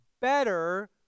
better